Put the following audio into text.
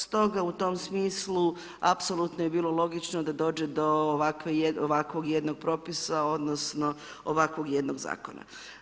Stoga u tom smislu apsolutno je bilo logično da dođe do ovakvog jednog propisa, odnosno, ovakvog jednog zakona.